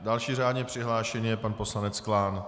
Další řádně přihlášený je pan poslanec Klán.